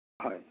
হয়